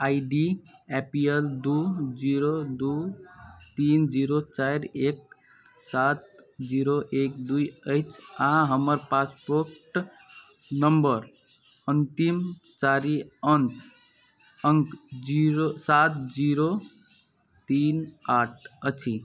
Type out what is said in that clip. I D A P L दू zero दू तीन जीरो चाइर एक सात जीरो एक दुइ अइछ अहाँ हमर पासपोर्ट नंबर अन्तिम चारि अङ्क अङ्क जीरो सात जीरो तीन आठ अछि